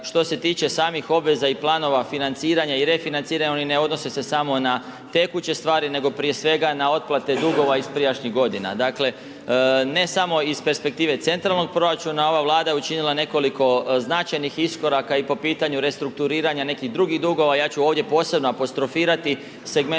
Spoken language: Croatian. što se tiče samih obveza i planova financiranja i refinanciranja, oni ne odnose se samo na tekuće stvari, nego prije svega na otplate dugova iz prijašnjih godina. Dakle, ne samo iz perspektive centralnog proračuna ova Vlada je učinila nekoliko značajnih iskoraka i po pitanju restrukturiranja nekih drugih dugova, ja ću ovdje posebno apostrofirati segment